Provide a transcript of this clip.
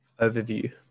overview